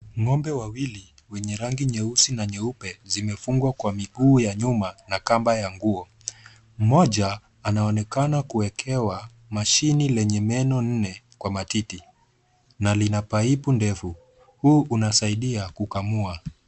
Ng'ombe wawili wenye rangi nyeusi na nyeupe, zimefungwa kwa miguu ya nyuma na kamba ya nguo. Mmoja anaonekana kuwekewa mashini lenye meno nne kwa matiti na lina paipu ndefu. Huu unasaidia kukamua.